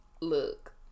Look